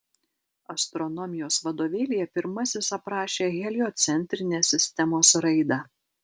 astronomijos vadovėlyje pirmasis aprašė heliocentrinės sistemos raidą